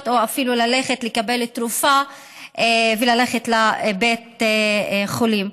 או אפילו ללכת לקבל תרופה וללכת לבית חולים.